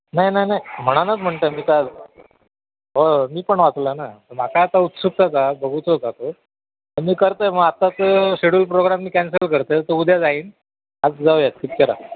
नाही नाही नाही म्हणानच म्हणत आहे मी तं हो मी पण वाचला ना आता उत्सुकताच बघूचो आ तो पण मी करतोय मग आताच शेड्युल प्रोग्राम मी कॅन्सल करतो आहे तो उद्या जाईन आज जाऊयात पिक्चरा